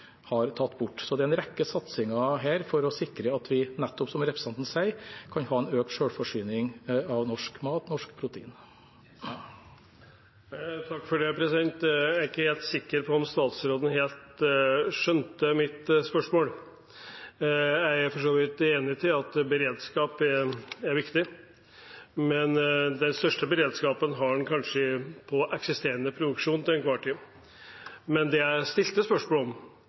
tatt bort. Så det er en rekke satsinger her for å sikre at vi, som representanten sier, kan ha en økt selvforsyning av mat og proteiner. Jeg er ikke helt sikker på om statsråden helt skjønte mitt spørsmål. Jeg er for så vidt enig i at beredskap er viktig, men den største beredskapen har en kanskje i den eksisterende produksjonen som skjer til enhver tid. Det jeg stilte spørsmål om,